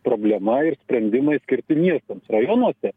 problema ir sprendimai skirti miestams rajonuose